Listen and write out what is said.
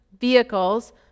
vehicles